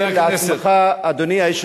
שכחת את סוריה.